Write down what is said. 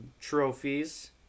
trophies